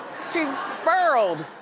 she's sperled.